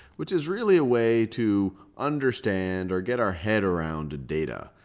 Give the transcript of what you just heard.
which is really a way to understand or get our head around data.